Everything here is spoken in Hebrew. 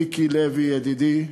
מיקי לוי ידידי,